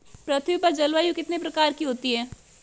पृथ्वी पर जलवायु कितने प्रकार की होती है?